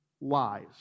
lies